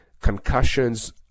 concussions